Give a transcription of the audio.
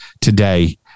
today